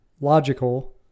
logical